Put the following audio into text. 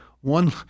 One